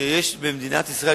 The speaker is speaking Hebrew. שיש במדינת ישראל,